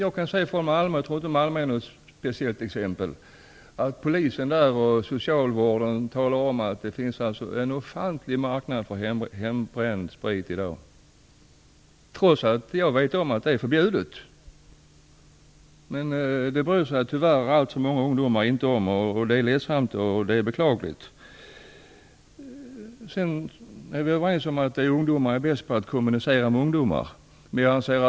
I Malmö, och jag tror inte att Malmö är så speciellt som exempel, säger polisen och socialvården att det i dag finns en ofantlig marknad för hembränd sprit, trots förbud. Det bryr sig, tyvärr, alltför många ungdomar inte om. Detta är både ledsamt och beklagligt. Vi är överens om att ungdomar är bäst på att kommunicera med andra ungdomar.